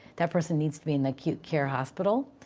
that person needs to be in the acute care hospital.